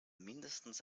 mindestens